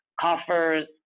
coffers